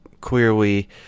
clearly